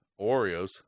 Oreos